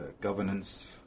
governance